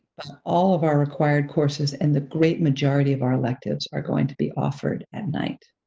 all of our required courses and the great majority of our electives are going to be offered at night.